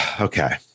Okay